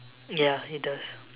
ya it does